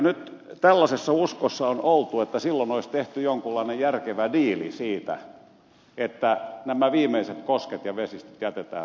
nyt tällaisessa uskossa on oltu että silloin olisi tehty jonkunlainen järkevä diili siitä että nämä viimeiset kosket ja vesistöt jätetään rauhaan